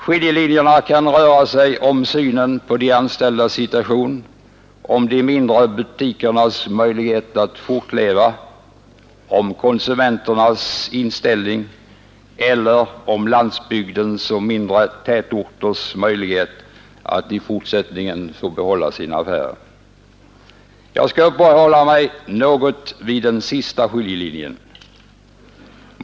Skiljelinjerna kan gälla de anställdas situation, de mindre butikernas möjligheter att fortleva, konsumenternas inställning eller landsbygdens och de mindre tätorternas möjligheter att i fortsättningen få behålla sina affärer. Jag skall uppehålla mig något vid den sistnämnda skiljelinjen.